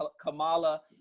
kamala